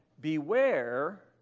beware